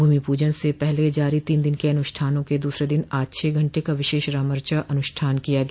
भ्मि पूजन से पहले जारी तीन दिन के अनुष्ठानों के दूसरे दिन आज छह घंटे का विशेष रामचा अनुष्ठान किया गया